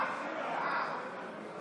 בעד